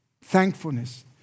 thankfulness